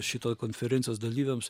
šito konferencijos dalyviams